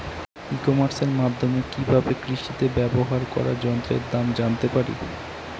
ই কমার্সের মাধ্যমে কি ভাবে কৃষিতে ব্যবহার করা যন্ত্রের দাম জানতে পারি?